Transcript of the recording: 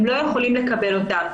הם לא יכולים לקבל אותם.